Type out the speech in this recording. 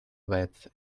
that